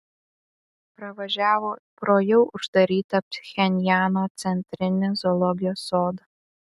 pravažiavo pro jau uždarytą pchenjano centrinį zoologijos sodą